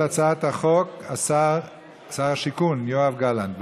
ישיב על הצעת החוק שר השיכון יואב גלנט.